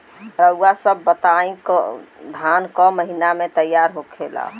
रउआ सभ बताई धान क महीना में तैयार होखेला?